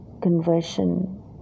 conversion